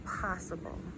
possible